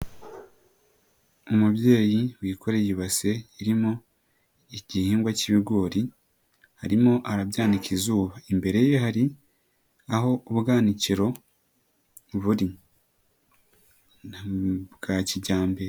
Umubyeyi wikoreye ibase irimo, igihingwa cy'ibigori, arimo arabika izuba. Imbere ye hari, aho ubwanikiro, buri. Ntamu bwa kijyambere.